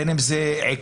בין אם זה עיקול,